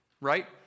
right